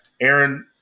Aaron